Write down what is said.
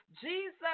jesus